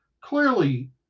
clearly